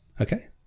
Okay